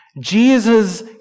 Jesus